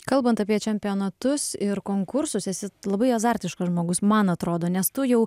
kalbant apie čempionatus ir konkursus esi labai azartiškas žmogus man atrodo nes tu jau